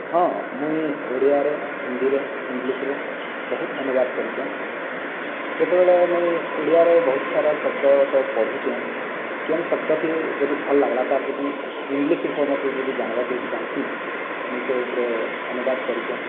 ହଁ ମୁଇଁ ଓଡ଼ିଆରେ ହିନ୍ଦୀରେ ଇଙ୍ଗ୍ଲିଶ୍ରେ ବହୁତ ଅନୁବାଦ କରିଚେଁ ଯେତେବେଳେ ମୁଁଇ ଓଡ଼ିଆରେ ବହୁତ ସାରା ଶବ୍ଦ ତ ପଢ଼ୁଚେଁ କେନ୍ ଶବ୍ଦକେ ଯଦି ଭଲ୍ ଲାଗିଲା ତାର ଯଦି ଇଙ୍ଗ୍ଲିଶ୍ ରୂପ ମତେ ଯଦି ଜାଣିବାକେ ଚାହସିଁ ମୁଁଇ ସେ ଉପରେ ଅନୁବାଦ କରିଚେଁ